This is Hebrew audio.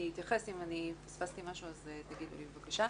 אני אתייחס ואם פספסתי משהו אז תגידי לי, בבקשה.